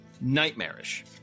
nightmarish